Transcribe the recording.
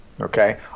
okay